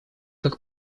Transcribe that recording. как